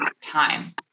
time